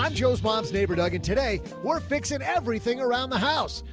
um joe's mom's neighbor, doug. and today we're fixing everything around the house.